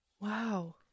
Wow